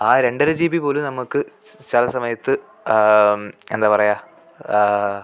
ആ രണ്ടര ജീ ബിപോലും നമുക്ക് ചില സമയത്ത് എന്താ പറയാ